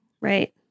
Right